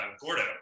Gordo